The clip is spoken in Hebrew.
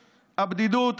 הבדידות,